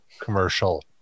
commercial